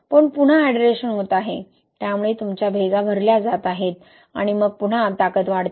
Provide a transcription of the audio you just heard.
पण पुन्हा हायड्रेशन होत आहे त्यामुळे तुमच्या भेगा भरल्या जात आहेत आणि मग पुन्हा ताकद वाढते